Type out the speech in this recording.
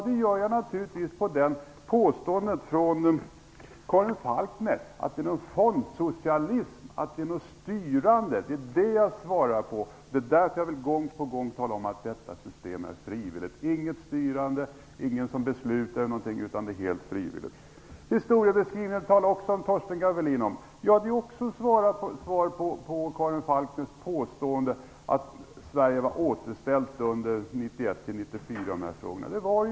Det gör jag för att bemöta påståendet från Karin Falkmer om att det rör sig om fondsocialism och styrande. Det är därför jag gång på gång talar om att detta system är frivilligt. Det är inget styrande eller beslutande. Torsten Gavelin tog också upp min historieskrivning. Det var också ett svar på Karin Falkmers påstående att Sverige var återställt 1991-1994 i dessa frågor.